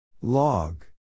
Log